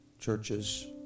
churches